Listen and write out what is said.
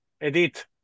edit